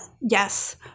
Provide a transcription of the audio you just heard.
yes